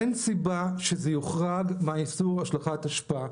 אין סיבה שזה יוחרג מאיסור השלכת אשפה.